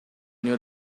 near